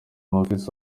bonfils